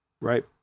right